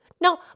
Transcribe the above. No